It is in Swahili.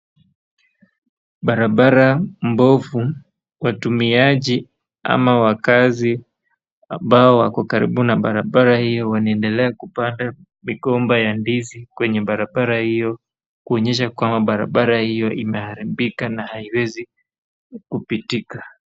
Barabara mbovu watumiaji ama wakaazi ambao wako karibu na barabara hiyo wanaendelea kupanda migomba ya ndizi kwenye barabara hiyo kuonyesha kwamba barabara hiyo imeharibika na haiwezi kupitika.